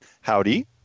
Howdy